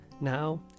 now